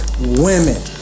women